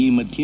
ಈ ಮಧ್ಯೆ